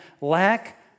lack